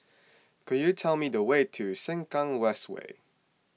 could you tell me the way to Sengkang West Way